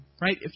right